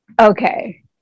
okay